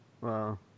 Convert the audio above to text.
Wow